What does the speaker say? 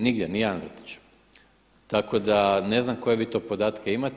Nigdje ni jedan vrtić, tako da ne znam koje vi to podatke imate.